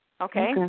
Okay